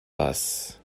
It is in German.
was